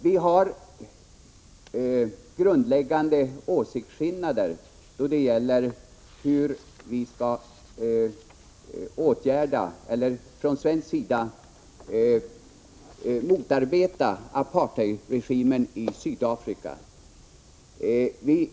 Vi har grundläggande åsiktsskillnader om hur Sverige skall motarbeta apartheidregimen i Sydafrika.